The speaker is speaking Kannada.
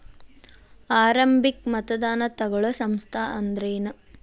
ಆರಂಭಿಕ್ ಮತದಾನಾ ತಗೋಳೋ ಸಂಸ್ಥಾ ಅಂದ್ರೇನು?